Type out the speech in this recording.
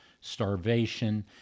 starvation